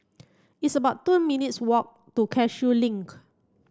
it's about two minutes' walk to Cashew Link